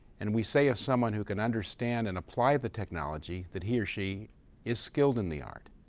and we say of someone who can understand and apply the technology that he or she is skilled in the art.